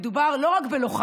יודע שמדובר לא רק בלוחמים.